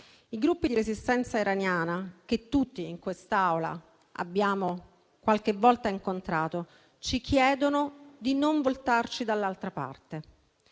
I gruppi di resistenza iraniana che tutti, in quest'Aula, abbiamo qualche volta incontrato ci chiedono di non voltarci dall'altra parte.